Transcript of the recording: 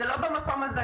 זה לא במקום הזה.